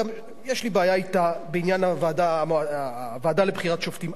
גם יש לי בעיה אתה בעניין הוועדה לבחירת שופטים,